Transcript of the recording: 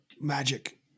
magic